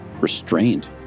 restrained